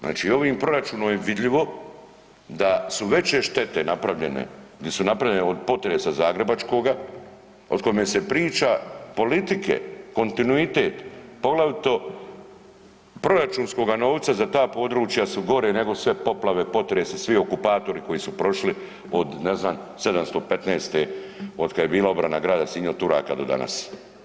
Znači ovim proračunom je vidljivo da su veće štete napravljene di su napravljene od potresa zagrebačkoga o kome se priča politike, kontinuitet poglavito proračunskoga novca za ta područja su gore nego sve poplave, potresi, svi okupatori koji su prošli od ne znam 715. od kada je bila obrana grada Sinja od Turaka do danas.